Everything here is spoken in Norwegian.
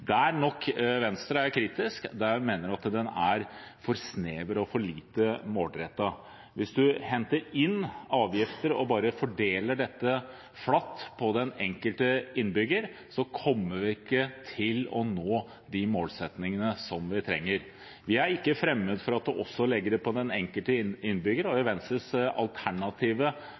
Venstre er kritiske fordi vi mener at forslaget er for snevert og for lite målrettet. Hvis en henter inn avgifter og bare fordeler dette flatt til den enkelte innbygger, kommer vi ikke til å nå de målsettingene som vi trenger. Vi er ikke fremmed for at en også fordeler det til den enkelte innbygger. I Venstres alternative